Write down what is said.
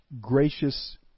gracious